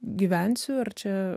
gyvensiu ar čia